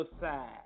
side